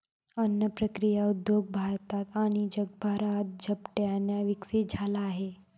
अन्न प्रक्रिया उद्योग भारतात आणि जगभरात झपाट्याने विकसित झाला आहे